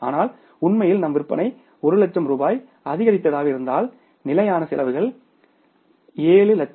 ஆனால் உண்மையில் நம் விற்பனை 1 லட்சம் ரூபாய் அதிகரித்ததாக இருந்தால் நிலையான செலவுகள் 7